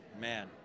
man